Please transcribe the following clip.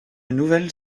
nouvelle